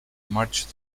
marched